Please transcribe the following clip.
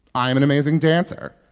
i am an amazing dancer.